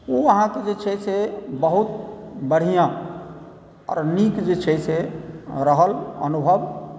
ओ अहाँके जे छै से बहुत बढ़िआँ आओर नीक जे छै से रहल अनुभव